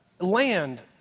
land